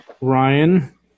Ryan